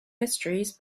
mysteries